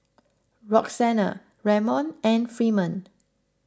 Roxana Ramon and Freeman